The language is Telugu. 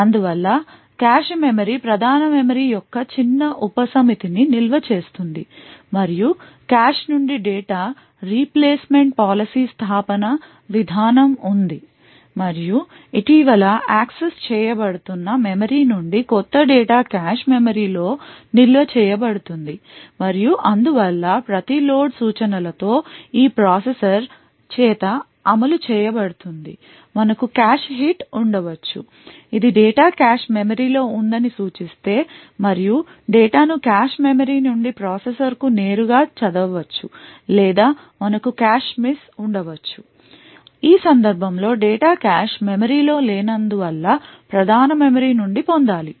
అందువల్ల కాష్ మెమరీ ప్రధాన మెమరీ యొక్క చిన్న ఉపసమితిని నిల్వ చేస్తుంది మరియు కాష్ నుండి డేటా రీప్లేస్మెంట్ పాలసీ స్థాపన విధానం ఉంది మరియు ఇటీవల యాక్సెస్ చేయబడుతున్న మెమరీ నుండి క్రొత్త డేటా కాష్ మెమరీలో నిల్వ చేయబడుతుంది మరియు అందువల్ల ప్రతి లోడ్ సూచనలతో ఈ ప్రాసెసర్ చేత అమలు చేయబడుతుంది మనకు కాష్ హిట్ ఉండవచ్చు ఇది డేటా కాష్ మెమరీలో ఉందని సూచిస్తుంది మరియు డేటాను కాష్ మెమరీ నుండి ప్రాసెసర్ కు నేరుగా చదవవచ్చు లేదా మనకు కాష్ మిస్ ఉండవచ్చు ఈ సందర్భంలో డేటా కాష్ మెమరీలో లేనందువల్ల ప్రధాన మెమరీ నుండి పొందాలి